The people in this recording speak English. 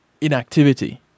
inactivity